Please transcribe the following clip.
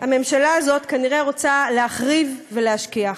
הממשלה הזאת כנראה רוצה להחריב ולהשכיח.